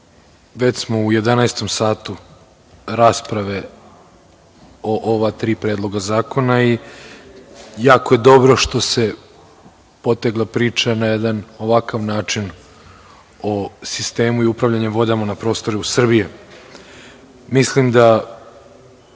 već smo u jedanaestom satu rasprave o ova tri predloga zakona i jako je dobro što se potegla priča na jedan ovakav način o sistemu i upravljanju vodama na prostoru Srbije. Mislim da